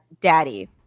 daddy